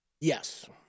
Yes